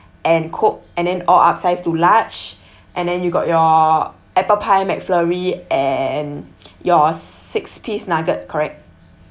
and coke and then all upsize to large and then you got your apple pie mcflurry and your six piece nugget correct